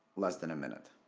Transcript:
less than a minute